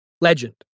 Legend